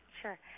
sure